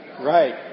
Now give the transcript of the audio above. Right